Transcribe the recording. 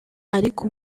ariko